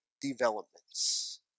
developments